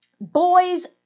boys